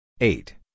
eight